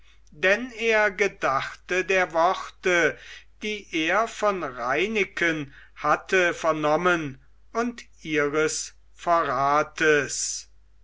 denn er gedachte der worte die er von reineken hatte vernommen und ihres verrates